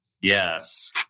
Yes